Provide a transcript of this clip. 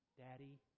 Daddy